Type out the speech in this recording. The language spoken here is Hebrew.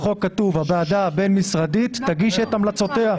בחוק כתוב: הוועדה הבין-משרדית תגיש את המלצותיה.